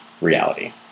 reality